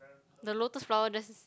the lotus flower just